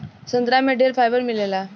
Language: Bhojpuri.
संतरा से ढेरे फाइबर मिलेला